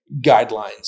guidelines